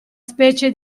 specie